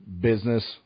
business